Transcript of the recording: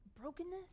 brokenness